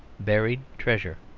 buried treasure.